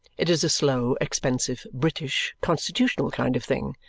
it is a slow, expensive, british, constitutional kind of thing.